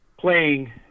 playing